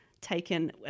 Taken